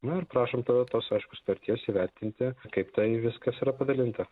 na ir prašom tada tos aišku sutarties įvertinti kaip tai viskas yra padalinta